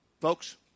folks